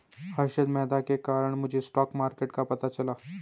हर्षद मेहता के कारण मुझे स्टॉक मार्केट का पता चला